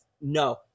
no